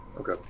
Okay